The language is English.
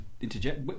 interject